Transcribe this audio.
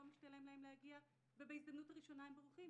משתלם להם להגיע ובהזדמנות הראשונה הם בורחים,